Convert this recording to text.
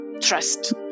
trust